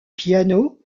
piano